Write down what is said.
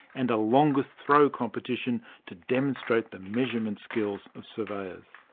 and a longest throw competition to demonstrate the measurement skills of surveyors.